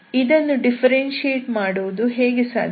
ಇದನ್ನು ಡಿಫ್ಫೆರೆನ್ಶಿಯೇಟ್ ಮಾಡುವುದು ಹೇಗೆ ಸಾಧ್ಯ